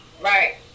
Right